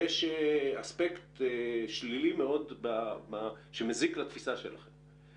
יש אספקט שלילי מאוד שמזיק לתפיסה אתכם.